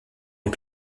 les